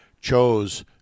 chose